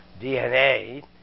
DNA